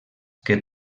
que